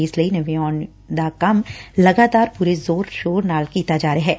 ਇਸ ਲਈ ਨਵਿਆਉਣ ਦਾ ਕੰਮ ਲਗਾਤਾਰ ਪੁਰੇ ਜ਼ੋਰ ਸੋਰ ਨਾਲ ਕੀਤਾ ਜਾ ਰਿਹੈ